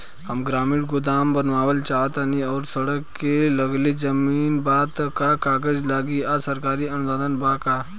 हम ग्रामीण गोदाम बनावल चाहतानी और सड़क से लगले जमीन बा त का कागज लागी आ सरकारी अनुदान बा का?